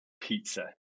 pizza